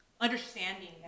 understanding